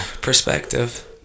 Perspective